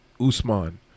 Usman